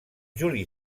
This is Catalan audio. juli